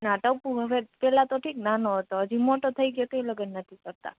ના ટપુ હવે પેલાતો ઠીક નાનો હતો હજી મોટો થઈ ગ્યો તોય લગન નથી થતાં